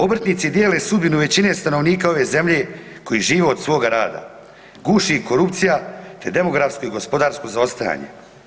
Obrtnici dijele sudbinu većine stanovnika ove zemlje koji žive od svoga rada, guši ih korupcija te demografsko i gospodarsko zaostajanje.